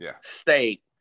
state